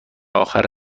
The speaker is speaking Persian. آخر